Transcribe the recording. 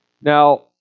Now